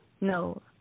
No